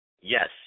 yes